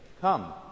Come